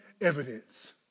evidence